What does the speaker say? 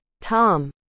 tom